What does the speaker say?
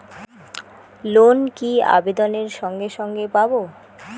Loan কি আবেদনের সঙ্গে সঙ্গে পাব?